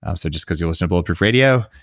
um so just because you listen to bulletproof radio,